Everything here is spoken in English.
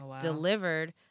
delivered